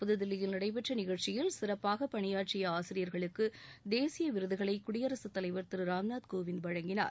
புதுதில்லியில் நடைபெற்றநிகழ்ச்சியில் சிறப்பாகபணியாற்றியஆசிரியர்களுக்குதேசியவிருதுகளைகுடியரசுத் தலைவர் திருராம்நாத் கோவிந்த் வழங்கினார்